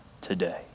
today